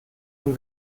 ein